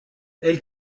elle